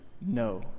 no